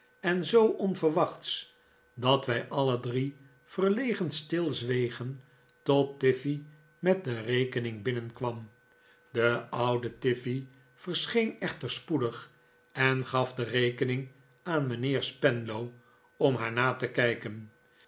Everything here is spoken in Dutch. en zoo onverwachts dat david copperfield wij alle drie verlegen stilzwegen tot tiffey met de rekening binnenkwam de oude tiffey verscheen echter spoedig en gaf de rekening aan mijnheer spenlow om haar na te kijken